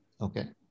Okay